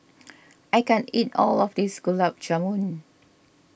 I can't eat all of this Gulab Jamun